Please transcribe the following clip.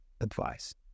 advice